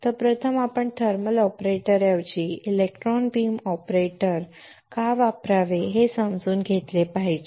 तर प्रथम आपण थर्मल ऑपरेटरऐवजी इलेक्ट्रॉन बीम ऑपरेटर का वापरावे हे समजून घेतले पाहिजे